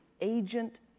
agent